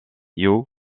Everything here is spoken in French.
sur